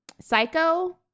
psycho